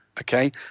Okay